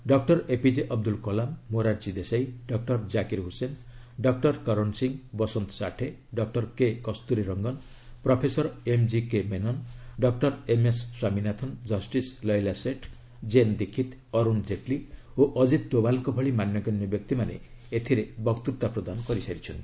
doctor APJ Abdul Kalam Morarji Desai doctor Zakir Hussain doctor Karan Singh Vasant Sathe doctor K Kasturi Rangan professor MGK Menon doctor MS Swaminathan କ୍ଷିସ୍ Leela Seth JN Dixit Arun Jaitley ଓ ଅଜିତ ଡୋଭାଲଙ୍କ ଭଳି ମାନ୍ୟଗଣ୍ୟ ବ୍ୟକ୍ତିମାନେ ଏଥିରେ ବକ୍ତୃତା ପ୍ରଦାନ କରିସାରିଛନ୍ତି